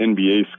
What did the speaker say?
NBA